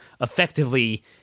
effectively